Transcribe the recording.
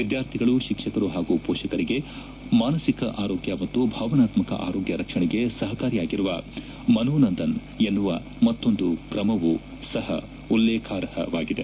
ವಿದ್ಯಾರ್ಥಿಗಳು ಶಿಕ್ಷಕರು ಪಾಗೂ ಮೋಷಕರಿಗೆ ಮಾನಸಿಕ ಆರೋಗ್ಯ ಮತ್ತು ಭಾವನಾತ್ಮಕ ಆರೋಗ್ಯ ರಕ್ಷಣೆಗೆ ಸಪಕಾರಿಯಾಗಿರುವ ಮನೋನಂದನ್ ಎನ್ನುವ ಮತ್ತೊಂದು ಕ್ರಮವೂ ಸಹ ಉಲ್ಲೇಖಾರ್ಹವಾಗಿದೆ